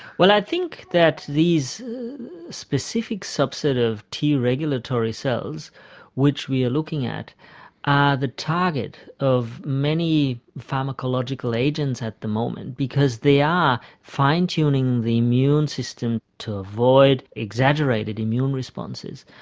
i think that these specific subset of t regulatory cells which we are looking at are the target of many pharmacological agents at the moment because they are fine-tuning the immune system to avoid exaggerated immune responses.